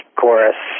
chorus